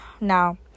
Now